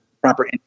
proper